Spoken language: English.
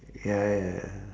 ya ya ya